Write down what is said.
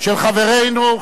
של חברנו,